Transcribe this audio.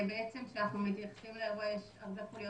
כשאנחנו מתייחסים לאירוע יש הרבה חוליות